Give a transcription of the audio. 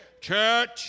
Church